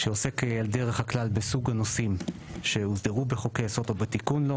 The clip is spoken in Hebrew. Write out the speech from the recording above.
שעוסק על דרך הכלל בסוג הנושאים שהוסדרו בחוק היסוד או בתיקון לו